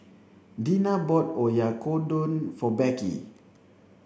Deena bought Oyakodon for Becky